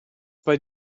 bei